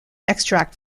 extract